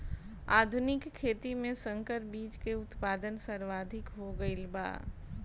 आधुनिक खेती में संकर बीज के उत्पादन सर्वाधिक हो गईल बा